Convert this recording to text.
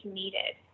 needed